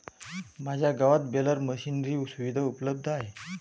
माझ्या गावात baler machinery सुविधा उपलब्ध आहे